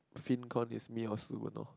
fin con is me or Si-Wen lor